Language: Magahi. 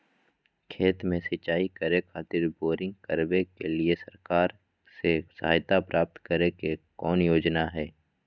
खेत में सिंचाई करे खातिर बोरिंग करावे के लिए सरकार से सहायता प्राप्त करें के कौन योजना हय?